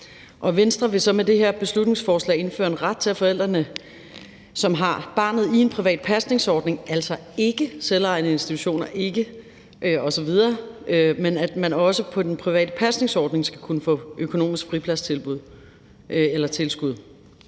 Venstre vil så med det her beslutningsforslag indføre en ret til, at forældrene, som har barnet i en privat pasningsordning – altså ikke selvejende institutioner, ikke de nævnte osv. – også på den private pasningsordning skal kunne få økonomisk fripladstilskud.